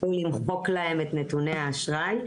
לגבי נתוני האשראי,